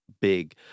big